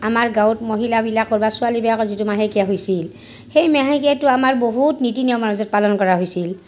আমাৰ গাঁৱত মহিলাবিলাকৰ বা ছোৱালীবিলাকৰ যিটো মাহেকীয়া হৈছিল সেই মাহেকীয়াটো আমাৰ বহুত নীতি নিয়মৰ মাজত পালন কৰা হৈছিল